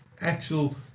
actual